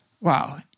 Wow